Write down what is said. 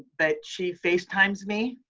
but she facetimes me